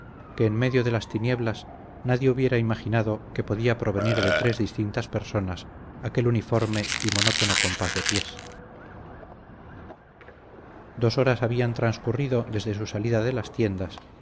que en medio de las tinieblas nadie hubiera imaginado que podía provenir de tres distintas personas aquel uniforme y monótono compás de pies dos horas habían transcurrido desde su salida de las tiendas